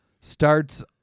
starts